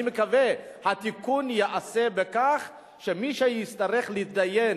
אני מקווה שהתיקון ייעשה בכך שמי שיצטרך להתדיין